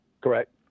Correct